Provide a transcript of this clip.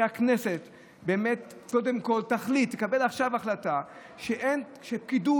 שהכנסת קודם כול תקבל עכשיו החלטה שפקידות